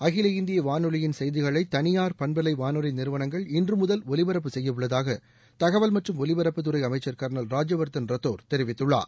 அகில இந்திய வானொலியின் செய்திகளை தனியார் பண்பலை வானொலி நிறுவனங்கள் இன்று முதல் ஒலிபரப்பு செய்ய உள்ளதாக தகவல் மற்றும் ஒலிபரப்பு துறை அமைச்சள் கா்னல் ராஜ்யவா்தன் ரத்தோர் தெரிவித்துள்ளார்